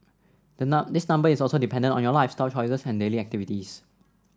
the this number is also dependent on your lifestyle choices and daily activities